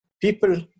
people